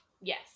Yes